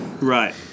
right